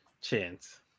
Chance